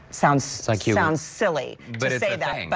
sounds like yeah sounds silly but to say that, and but